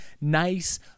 nice